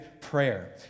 prayer